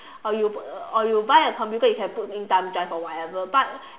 or you or you buy a computer you can put in thumbdrive or whatever but